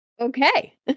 okay